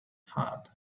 had